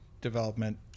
development